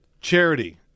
Charity